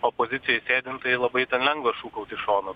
opozicijoj sėdint tai labai lengva šūkaut iš šono